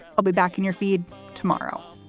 i'll be back in your feed tomorrow